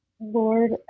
Lord